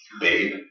babe